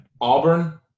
Auburn